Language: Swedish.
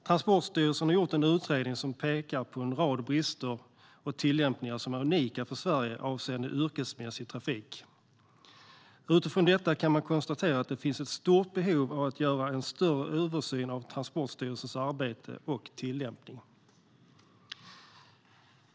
Herr talman! Transportstyrelsen har gjort en utredning som pekar på en rad brister och tillämpningar som är unika för Sverige avseende yrkesmässig trafik. Utifrån detta kan man konstatera att det finns ett stort behov av att göra en större översyn av Transportstyrelsens arbete och tillämpning.